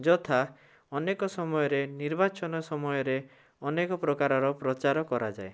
ଯଥା ଅନେକ ସମୟରେ ନିର୍ବାଚନ ସମୟରେ ଅନେକ ପ୍ରକାରର ପ୍ରଚାର କରାଯାଏ